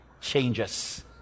changes